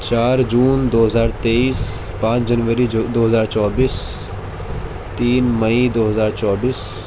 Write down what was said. چار جون دو ہزار تیئیس پانچ جنوری جو دو ہزار چوبیس تین مئی دو ہزار چوبیس